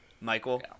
Michael